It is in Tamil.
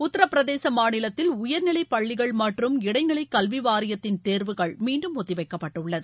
உத்தர பிரதேச மாநிலத்தில் உயர்நிலை பள்ளிகள் மற்றும் இடைநிலை கல்வி வாரியத்தின் தேர்வுகள் மீண்டும் ஒத்திவைக்கப்பட்டுள்ளது